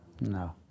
No